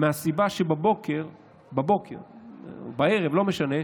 מהסיבה שבבוקר או בערב, לא משנה,